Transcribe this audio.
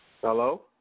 Hello